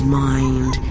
mind